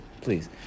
please